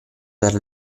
per